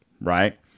right